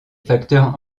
facteurs